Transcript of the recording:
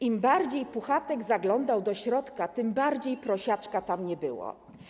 Im bardziej Puchatek zaglądał do środka, tym bardziej Prosiaczka tam nie było”